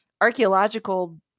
archaeological